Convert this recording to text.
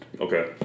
Okay